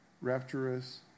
rapturous